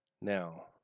Now